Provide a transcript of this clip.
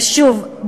ושוב,